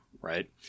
Right